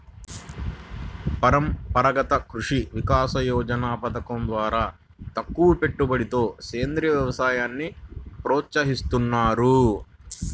పరంపరాగత కృషి వికాస యోజన పథకం ద్వారా తక్కువపెట్టుబడితో సేంద్రీయ వ్యవసాయాన్ని ప్రోత్సహిస్తున్నారు